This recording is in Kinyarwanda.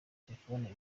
telefone